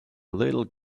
little